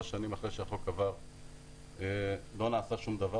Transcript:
שנים אחרי שהחוק עבר לא נעשה שום דבר,